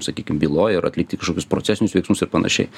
sakykim byloj ar atlikti kažkokius procesinius veiksmus ir panašiai